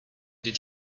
did